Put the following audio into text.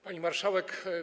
Pani Marszałek!